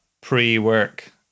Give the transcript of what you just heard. pre-work